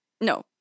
No